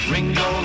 Ringo